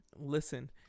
Listen